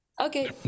okay